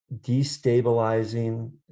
destabilizing